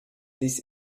this